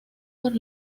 por